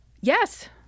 Yes